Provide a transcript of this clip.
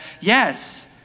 yes